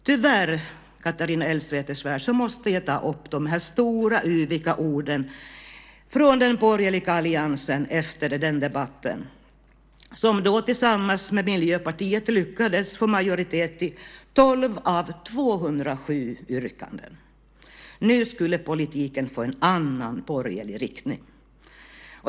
Tyvärr, Catharina Elmsäter-Svärd, måste jag ta upp de stora och yviga orden från den borgerliga alliansen efter den debatten. Man lyckades då tillsammans med Miljöpartiet få majoritet i fråga om 12 av 207 yrkanden. Nu skulle politiken få en annan, borgerlig, inriktning.